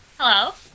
Hello